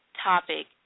topic